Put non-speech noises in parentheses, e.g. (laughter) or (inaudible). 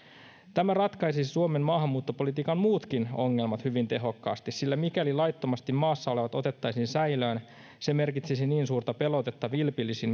tämä ratkaisisi suomen maahanmuuttopolitiikan muutkin ongelmat hyvin tehokkaasti sillä mikäli laittomasti maassa olevat otettaisiin säilöön se merkitsisi niin suurta pelotetta vilpillisin (unintelligible)